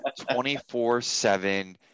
24-7